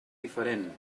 diferent